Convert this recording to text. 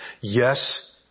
Yes